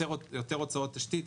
יותר הוצאות תשתית,